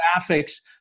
graphics